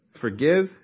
Forgive